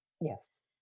Yes